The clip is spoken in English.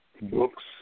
books